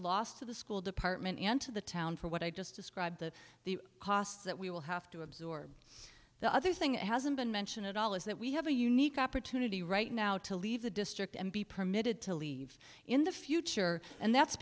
loss to the school department and to the town for what i just described the the costs that we will have to absorb the other thing that hasn't been mentioned at all is that we have a unique opportunity right now to leave the district and be permitted to leave in the future and that's